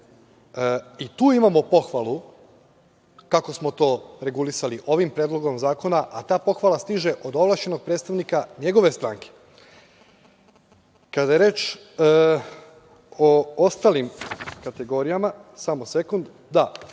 i tu imamo pohvalu kako smo to regulisali ovim Predlogom zakona, a ta pohvala stiže od ovlašćenog predstavnika njegove stranke. Kada je reč o ostalim kategorijama, ovde se kaže